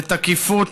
לתקיפות,